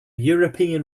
european